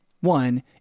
one